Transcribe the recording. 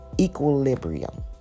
equilibrium